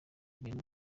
ibintu